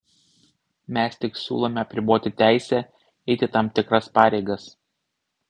mes tik siūlome apriboti teisę eiti tam tikras pareigas